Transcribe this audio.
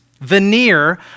veneer